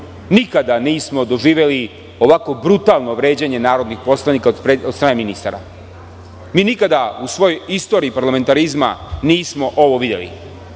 Nikada nismo doživeli ovako brutalno vređanje narodnih poslanika od strane ministara. Nikada u svojoj istoriji parlamentarizma nismo ovo videli,